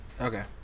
Okay